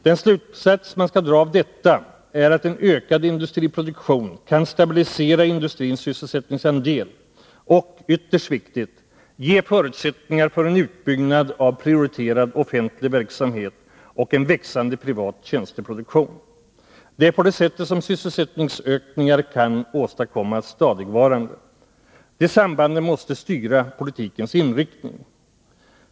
Den slutsats man skall dra av detta är att en ökad industriproduktion kan stabilisera industrins sysselsättningsandel och — ytterst viktigt — ge förutsättningar för en utbyggnad av prioriterad offentlig verksamhet och en växande privat tjänsteproduktion. Det är på det sättet som sysselsättningsökningar kan åstadkommas stadigvarande. De sambanden måste styra politikens inriktning.